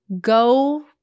go